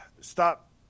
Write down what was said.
stop